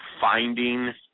finding